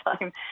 time